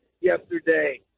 yesterday